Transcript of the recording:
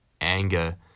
anger